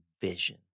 vision